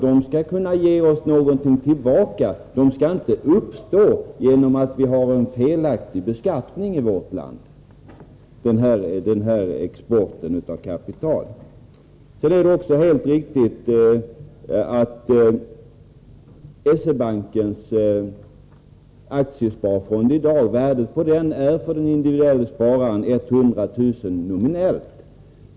De skall kunna ge oss någonting tillbaka och inte uppstå genom att vi har en felaktig beskattning i vårt land, vilket nu är orsaken till exporten av kapital. Det är helt riktigt att värdet på S-E-Bankens aktiesparfond för den individuelle spararen i dag är 100 000 kr. nominellt.